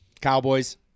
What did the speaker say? Cowboys